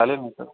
चालेल ना सर